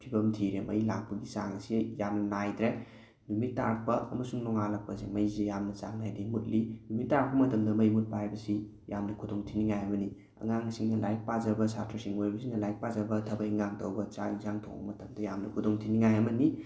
ꯐꯤꯕꯝ ꯊꯤꯔꯦ ꯃꯩ ꯂꯥꯛꯄꯒꯤ ꯆꯥꯡꯁꯤ ꯌꯥꯝꯅ ꯅꯥꯏꯗ꯭ꯔꯦ ꯅꯨꯃꯤꯠ ꯇꯥꯔꯛꯄ ꯑꯃꯁꯨꯡ ꯅꯣꯉꯥꯜꯂꯛꯄꯁꯦ ꯃꯩꯁꯦ ꯌꯥꯝꯅ ꯆꯥꯡ ꯅꯥꯏꯗꯦ ꯃꯨꯠꯂꯤ ꯅꯨꯃꯤꯠ ꯇꯥꯔꯛꯄ ꯃꯇꯝꯗ ꯃꯩ ꯃꯨꯠꯄ ꯍꯥꯏꯕꯁꯤ ꯌꯥꯝꯅ ꯈꯨꯗꯣꯡ ꯊꯤꯅꯤꯡꯉꯥꯏ ꯑꯃꯅꯤ ꯑꯉꯥꯡꯁꯤꯡꯅ ꯂꯥꯏꯔꯤꯛ ꯄꯥꯖꯕ ꯁꯥꯇ꯭ꯔꯁꯤꯡ ꯑꯣꯏꯕꯁꯤꯡꯅ ꯂꯥꯏꯔꯤꯛ ꯄꯥꯖꯕ ꯊꯕꯛ ꯏꯟꯈꯥꯡ ꯇꯧꯕ ꯆꯥꯛ ꯌꯦꯟꯁꯥꯡ ꯊꯣꯡꯕ ꯃꯇꯝꯗ ꯌꯥꯝꯅ ꯈꯨꯗꯣꯡ ꯊꯤꯅꯤꯡꯉꯥꯏ ꯑꯃꯅꯤ